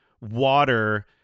water